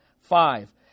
Five